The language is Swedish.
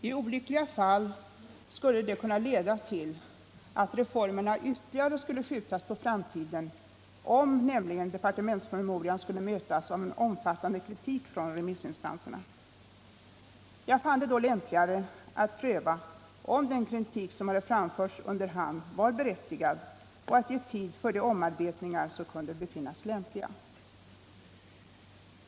I olyckliga fall skulle det kunna leda till att reformerna ytterligare skulle skjutas på framtiden, om nämligen departementspromemorian skulle mötas av en omfattande kritik från remissinstanserna. Jag fann det då lämpligare att pröva om den kritik som hade framförts under hand var berättigad Nr 22 och att ge tid för de omarbetningar som kunde befinnas lämpliga.